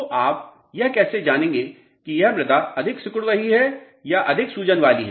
तो आप यह कैसे जानेंगे कि यह मृदा अधिक सिकुड़ रही है या अधिक सूजन वाली है